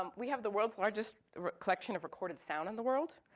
um we have the world's largest collection of recorded sound in the world,